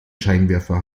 scheinwerfer